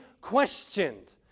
questioned